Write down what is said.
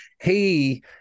hey